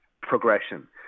progression